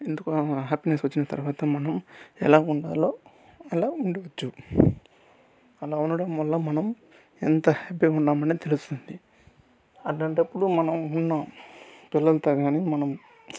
ఎందుకు ఆ హ్యాపీనెస్ వచ్చిన తర్వాత మనం ఎలాగ ఉండాలో అలాగా ఉండొచ్చు అలా ఉండడం వల్ల మనం ఎంత హ్యాపీగా ఉన్నాం అనేది తెలుస్తుంది అలాంటప్పుడు మనం ఉన్న పిల్లలతో కానీ మనం